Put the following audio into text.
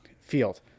field